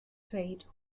trade